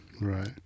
Right